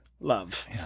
Love